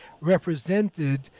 represented